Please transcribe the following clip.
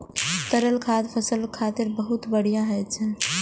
तरल खाद फसल खातिर बहुत बढ़िया होइ छै